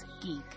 geek